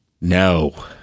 No